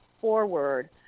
forward